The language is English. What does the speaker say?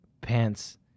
pants